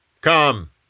Come